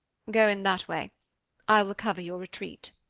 go in that way i will cover your retreat.